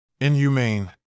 Inhumane